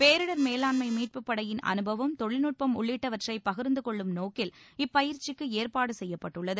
பேரிடர் மேலாண்மை மீட்புப்படையின் அனுபவம் தொழில்நுட்பம் உள்ளிட்டவற்றை பகிர்ந்து கொள்ளும் நோக்கில் இப்பயிற்சிக்கு ஏற்றபாடு செய்யப்பட்டுள்ளது